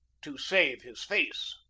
to save his face.